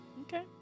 Okay